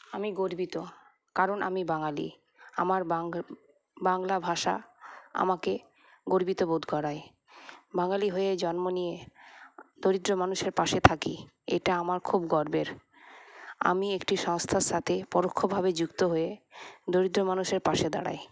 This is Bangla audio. আমি গর্বিত কারণ আমি বাঙালি আমার বাং বাংলা ভাষা আমাকে গর্বিত বোধ করায় বাঙালি হয়ে জন্ম নিয়ে দরিদ্র মানুষের পাশে থাকি এটা আমার খুব গর্বের আমি একটি সংস্থার সাথে পরোক্ষভাবে যুক্ত হয়ে দরিদ্র মানুষের পাশে দাঁড়াই